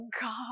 God